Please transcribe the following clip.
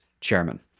chairman